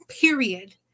Period